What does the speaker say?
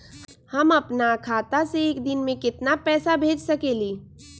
हम अपना खाता से एक दिन में केतना पैसा भेज सकेली?